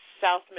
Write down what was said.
South